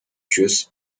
juice